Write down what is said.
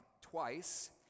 twice